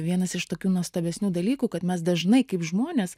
vienas iš tokių nuostabesnių dalykų kad mes dažnai kaip žmonės